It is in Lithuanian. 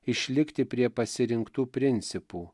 išlikti prie pasirinktų principų